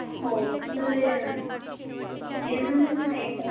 हो ते येणार नाही आहे का